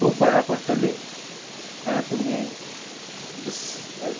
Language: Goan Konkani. खूब बऱ्या पडटली हे तुमी